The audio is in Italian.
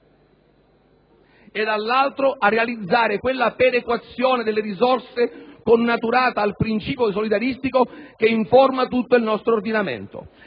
e dall'altro a realizzare quella perequazione delle risorse connaturata al principio solidaristico che informa tutto il nostro ordinamento.